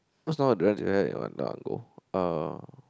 uh